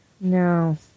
No